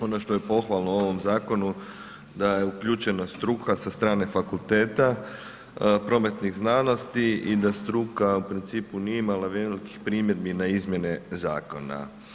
Ono što je pohvalno u ovom zakonu da je uključena struka sa strane fakulteta, prometnih znanosti i da struka u principu nije imala velikih primjedbi na izmjene zakona.